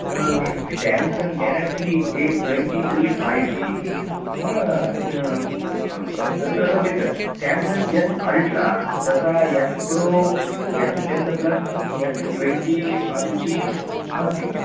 Samsung Galaxy A twenty three five G तत्र इतोपि Samsung S Ultra तथा S Pro S ten Plus S twenty five G अस्ति